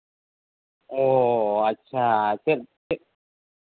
ᱚ ᱟᱪᱪᱷᱟ ᱪᱮᱫ ᱪᱮᱫ